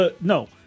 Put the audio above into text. No